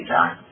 John